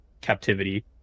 captivity